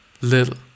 little